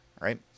right